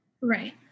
Right